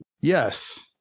yes